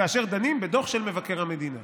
כאשר דנים בדוח של מבקר המדינה.